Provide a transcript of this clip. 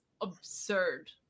absurd